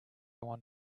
want